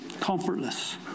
comfortless